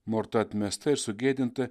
morta atmesta ir sugėdinta